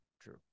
true